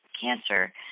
cancer